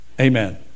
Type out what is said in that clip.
amen